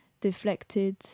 deflected